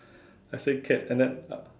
I said cat and then uh